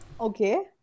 Okay